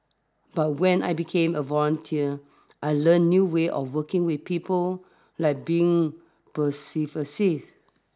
but when I became a volunteer I learnt new way of working with people like being persuasive